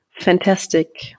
fantastic